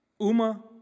Uma